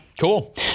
cool